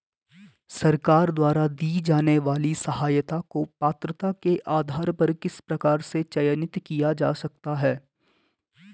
सरकार द्वारा दी जाने वाली सहायता को पात्रता के आधार पर किस प्रकार से चयनित किया जा सकता है?